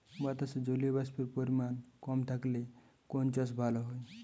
বাতাসে জলীয়বাষ্পের পরিমাণ কম থাকলে কোন চাষ ভালো হয়?